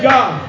God